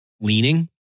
leaning